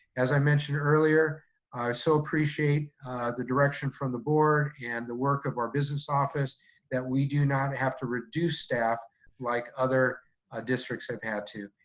as i mentioned earlier, i so appreciate the direction from the board and the work of our business office that we do not have to reduce staff like other ah districts have had to.